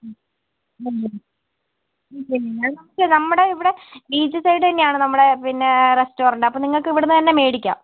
നമ്മുടെ ഇവിടെ beach side തന്നെയാണ് നമ്മുടെ പിന്നെ റെസ്റ്റൊറന്റ് അപ്പോൾ നിങ്ങൾക്ക് ഇവിടുന്ന് തന്നെ മേടിക്കാം